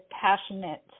passionate